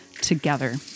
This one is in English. together